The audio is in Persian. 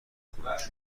خونش